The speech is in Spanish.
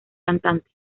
cantante